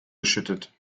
geschüttet